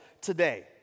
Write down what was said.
today